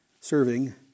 serving